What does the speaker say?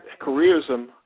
careerism